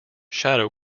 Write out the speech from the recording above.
shadow